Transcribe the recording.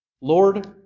Lord